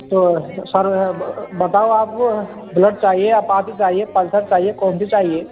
तो सर बताओ आप बुलेट चाहिए अपाचे चाहिए पल्सर चाहिए कौनसी चाहिए